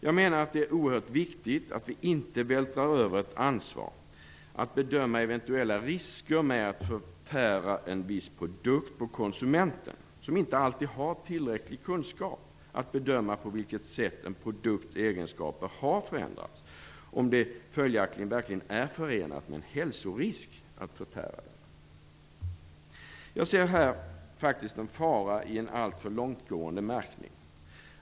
Jag menar att det är oerhört viktigt att vi inte vältrar över ansvaret att bedöma eventuella risker med att förtära en viss produkt på konsumenten, som inte alltid har tillräcklig kunskap att bedöma på vilket sätt en produkts egenskaper har förändrats och följaktligen om det verkligen är förenat med en hälsorisk att förtära den. Jag ser faktiskt här en fara i en alltför långtgående märkning.